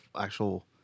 actual